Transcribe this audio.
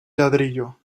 ladrillo